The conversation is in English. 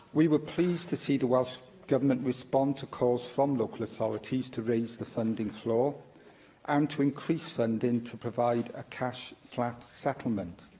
we were pleased to see the welsh government respond to calls from local authorities to raise the funding floor and um to increase funding to provide a cash-flat settlement.